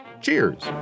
Cheers